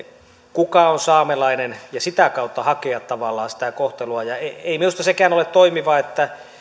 kuka on saamelainen ja sitä kautta hakea tavallaan sitä kohtelua ei ei minusta sekään ole toimivaa että